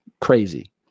Crazy